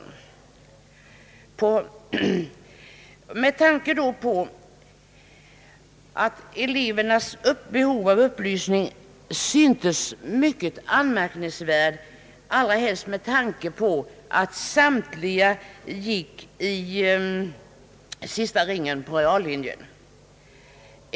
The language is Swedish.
Elevernas behov av upplysning syntes mycket anmärkningsvärt, allra helst med tanke på att samtliga gick i sista ringen på reallinjen.